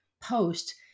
post